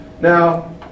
Now